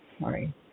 Sorry